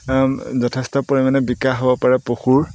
যথেষ্ট পৰিমাণে বিকাশ হ'ব পাৰে পশুৰ